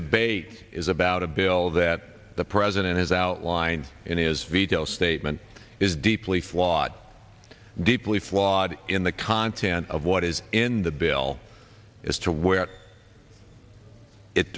debate is about a bill that the president has outlined in his veto statement is deeply flawed deeply flawed in the content of what is in the bill as to where it